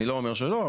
אני לא אומר שלא,